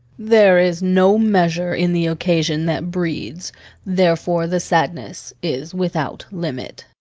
there is no measure in the occasion that breeds therefore the sadness is without limit.